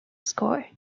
score